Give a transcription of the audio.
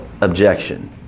objection